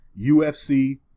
UFC